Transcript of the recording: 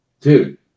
Dude